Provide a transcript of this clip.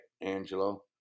Angelo